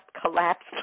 collapsed